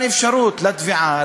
לתביעה,